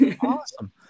Awesome